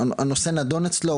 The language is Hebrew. הנושא נדון אצלו,